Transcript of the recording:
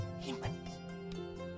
humans